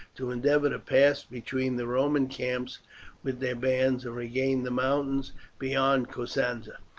to endeavour to pass between the roman camps with their bands, and regain the mountains beyond cosenza,